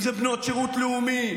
אם זה בנות שירות לאומי,